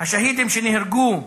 השהידים שנהרגו בעראבה,